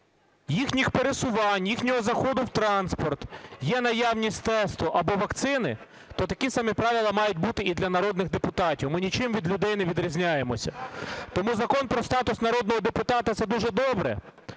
їхніх пересувань, їхнього заходу в транспорт є наявність тесту або вакцини, то такі самі правила мають бути і для народних депутатів. Ми нічим від людей не відрізняємося. Тому Закон "Про статус народного депутата" – це дуже добре.